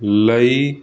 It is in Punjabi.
ਲਈ